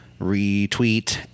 retweet